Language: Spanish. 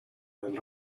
del